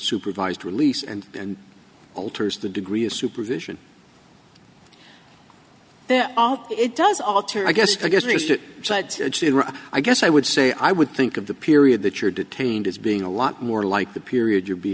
supervised release and and alters the degree of supervision there although it does alter i guess i guess mister i guess i would say i would think of the period that you're detained as being a lot more like the period you'd be